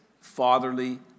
fatherly